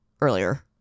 earlier